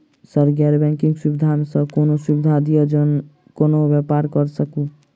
Sir गैर banking सुविधा सँ कोनों सुविधा दिए जेना कोनो व्यापार करऽ सकु?